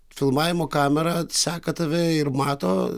filmavimo kamerą seka tave ir mato